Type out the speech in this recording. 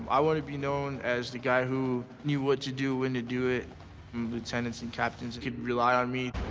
i wanna be known as the guy who knew what to do, when to do it, and lieutenants and captains can rely on me.